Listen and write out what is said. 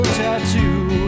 tattoo